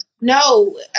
No